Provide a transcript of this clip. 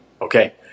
Okay